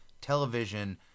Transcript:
Television